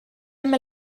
amb